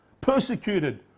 persecuted